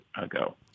ago